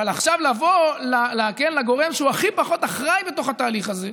אבל עכשיו לבוא לגורם שהוא הכי פחות אחראי בתוך התהליך הזה,